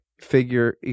figure